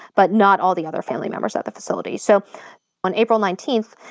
but not all the other family members of the facility. so on april nineteenth,